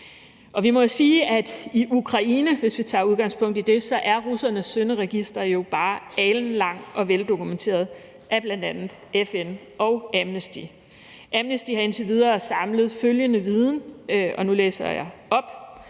Vi må jo sige, at i Ukraine, hvis vi tager udgangspunkt i det, er russernes synderegister bare alenlangt og veldokumenteret af bl.a. FN og Amnesty. Amnesty har indtil videre samlet følgende viden, og nu læser jeg op.